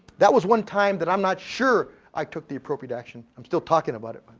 that was one time that i'm not sure i took the appropriate action, i'm still talking about it.